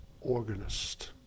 organist